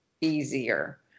easier